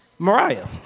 Mariah